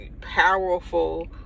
powerful